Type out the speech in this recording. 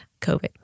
COVID